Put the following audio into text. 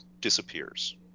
disappears